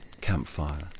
campfire